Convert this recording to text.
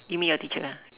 you mean your teacher